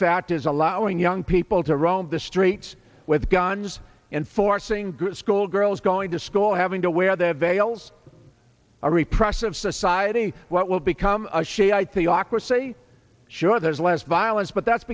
fact is allowing young people to roam the streets with guns and forcing good school girls going to school having to wear their veils a repressive society what will become ashamed i think ocracy sure there's less violence but that's